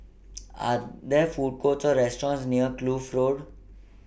Are There Food Courts Or restaurants near Kloof Road